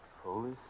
Holy